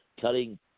cutting